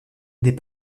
des